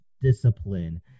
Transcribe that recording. discipline